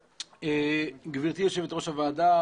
גברתי יושבת ראש הוועדה,